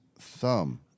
thumb